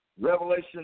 Revelation